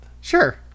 Sure